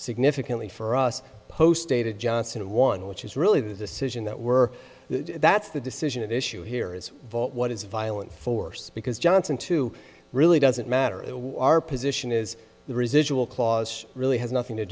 significantly for us post david johnson one which is really the decision that we're that's the decision of issue here is what is violent force because johnson to really doesn't matter our position is the residual clause really has nothing to